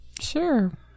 Sure